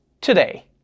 today